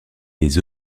les